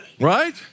Right